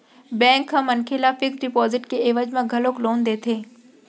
bank ह मनखे ल फिक्स डिपाजिट के एवज म घलोक लोन देथे